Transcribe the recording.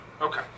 Okay